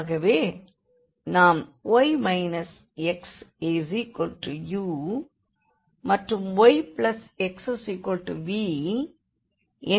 ஆகவே நாம் y xu மற்றும் yxv என்பதிலிருந்து வேரியபிளை மாற்றுகிறோம்